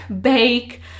bake